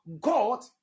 God